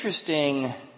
interesting